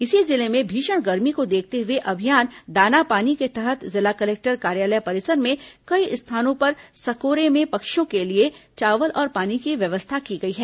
इसी जिले में भीषण गर्मी को देखते हुए अभियान दाना पानी के तहत जिला कलेक्टर कार्यालय परिसर में कई स्थानों पर सकोरा में पक्षियों के लिए चावल और पानी की व्यवस्था की गई है